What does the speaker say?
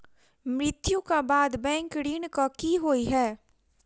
मृत्यु कऽ बाद बैंक ऋण कऽ की होइ है?